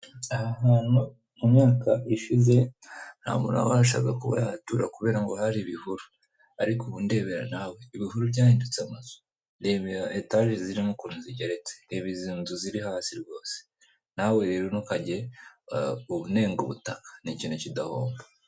Aha hantu umwaka ishize nta muntu abashaka kuba yatura kubera ngo hari ibihuru ariko ubu ndebera nawe ibihuru byahindutse ndemera etage zirimo ukuntuzigeretse reba inzu ziri hasi rwose nawe rero ntukajye unenga ubutaka ni ikintu kidahomba.